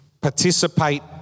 participate